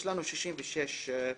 יש לנו 66 הסתייגויות.